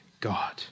God